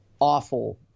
awful